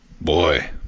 boy